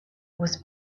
was